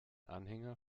anhänger